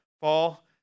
fall